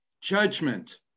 judgment